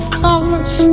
colors